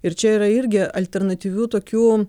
ir čia yra irgi alternatyvių tokių